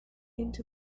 into